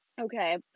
Okay